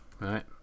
right